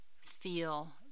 feel